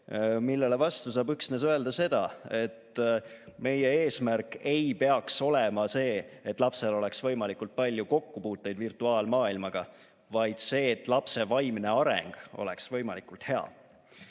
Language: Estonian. Sellele vastu saab öelda üksnes seda, et meie eesmärk ei peaks olema see, et lapsel oleks võimalikult palju kokkupuuteid virtuaalmaailmaga, vaid see, et lapse vaimne areng oleks võimalikult hea.